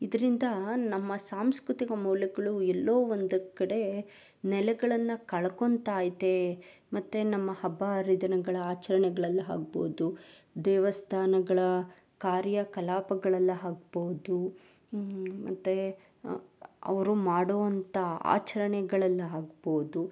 ಇದರಿಂದಾ ನಮ್ಮ ಸಾಂಸ್ಕೃತಿಕ ಮೌಲ್ಯಗಳು ಎಲ್ಲೋ ಒಂದು ಕಡೆ ನೆಲೆಗಳನ್ನು ಕಳ್ಕೊತಾಯ್ತೆ ಮತ್ತು ನಮ್ಮ ಹಬ್ಬ ಹರಿದಿನಗಳ ಆಚರ್ಣೆಗಳಲ್ಲಿ ಆಗ್ಬೋದು ದೇವಸ್ಥಾನಗಳ ಕಾರ್ಯ ಕಲಾಪಗಳೆಲ್ಲ ಆಗ್ಬೌದು ಮತ್ತು ಅವರು ಮಾಡುವಂಥ ಆಚರಣೆಗಳೆಲ್ಲ ಆಗ್ಬೋದು